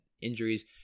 injuries